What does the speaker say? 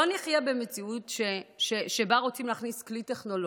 לא נחיה במציאות שבה רוצים להכניס כלי טכנולוגי,